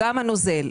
אם זה הנוזל,